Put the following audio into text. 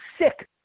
sick